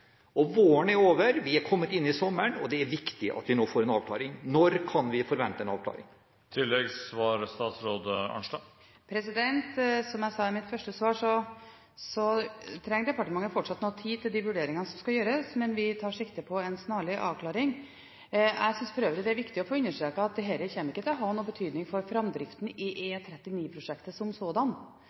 Våren er over, vi er kommet inn i sommeren, og det er viktig at vi nå får en avklaring. Når kan vi forvente en avklaring? Som jeg sa i mitt første svar, trenger departementet fortsatt noe tid til de vurderingene som skal gjøres, men vi tar sikte på en snarlig avklaring. Jeg synes for øvrig det er viktig å få understreket at dette ikke kommer til å ha noen betydning for framdriften i E39-prosjektet som sådan.